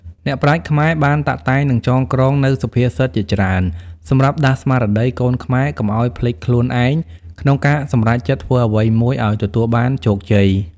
អ្នកប្រាជ្ញខ្មែរបានតាក់តែងនិងចងក្រងនូវសុភាសិតជាច្រើនសម្រាប់ដាស់ស្មារតីកូនខ្មែរកុំឲ្យភ្លេចខ្លួនឯង ក្នុងការសម្រេចចិត្តធ្វើអ្វីមួយឲ្យទទួលបានជោគជ័យ។